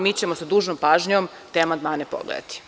Mi ćemo sa dužnom pažnjom te amandmane pogledati.